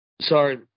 sorry